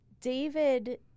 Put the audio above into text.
David